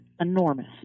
enormous